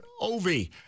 Ovi